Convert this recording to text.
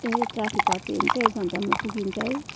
ए traffic हटियो भने चाहिँ एक घन्टामा पुगिन्छ है